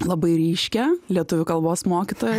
labai ryškią lietuvių kalbos mokytoją